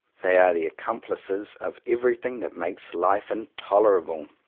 they are the accomplices of everything that makes life intolerable.